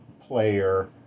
player